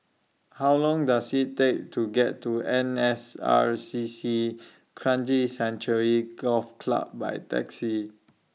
How Long Does IT Take to get to N S R C C Kranji Sanctuary Golf Club By Taxi